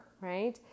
right